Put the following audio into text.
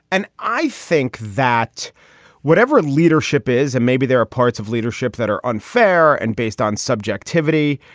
and i think that whatever leadership is and maybe there are parts of leadership that are unfair and based on subjectivity.